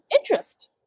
interest